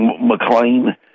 McLean